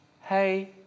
hey